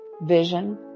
vision